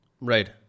Right